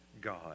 God